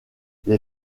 les